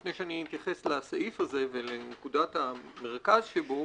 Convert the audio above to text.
לפני שאני אתייחס לסעיף הזה ולנקודת המרכז שבו,